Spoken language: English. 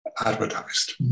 advertised